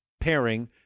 pairing